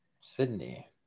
sydney